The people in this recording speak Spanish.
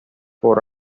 por